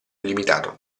limitato